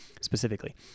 Specifically